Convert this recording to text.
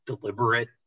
deliberate